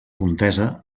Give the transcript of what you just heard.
contesa